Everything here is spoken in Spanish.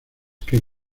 que